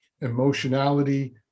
emotionality